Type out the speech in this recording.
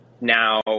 Now